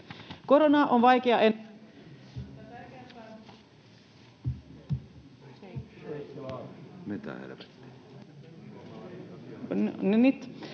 Koronaa on vaikea